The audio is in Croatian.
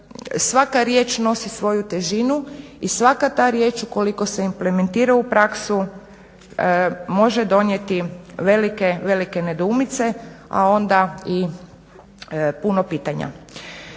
svaka riječ nosi svoju težinu i svaka ta riječ ukoliko se implementira u praksu može donijeti velike nedoumice, a onda i puno pitanja.